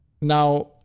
Now